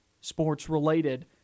sports-related